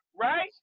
right